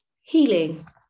Healing